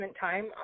time